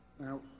Now